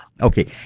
Okay